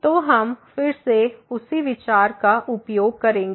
तो हम फिर से उसी विचार का उपयोग करेंगे